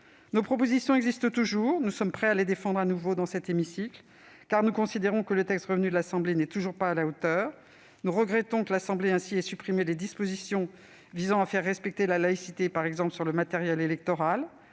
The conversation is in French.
Nos propositions existent toujours. Nous sommes prêts à les défendre à nouveau dans cet hémicycle, car nous considérons que le texte revenu de l'Assemblée nationale n'est toujours pas à la hauteur. Nous regrettons ainsi que nos collègues députés aient supprimé les dispositions visant à faire respecter la laïcité, par exemple sur le matériel électoral.